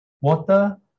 Water